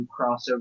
crossover